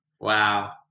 Wow